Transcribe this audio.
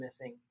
missing